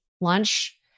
lunch